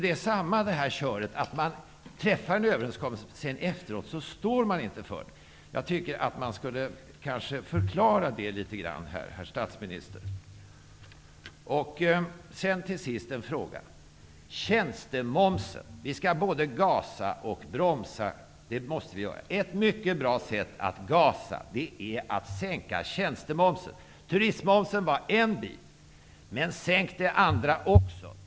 Det är samma kör -- man träffar en överenskommelse, och sedan står man inte för den. Jag tycker att man här kanske skulle förklara det litet grand, herr statsminister. Sedan till sist en fråga om tjänstemomsen. Vi skall både gasa och bromsa. Det måste vi göra. Ett mycket bra sätt att gasa är att sänka nivån på tjänstemomsen. Turistmomsen var en bit. Men sänk det andra också!